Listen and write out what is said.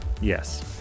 yes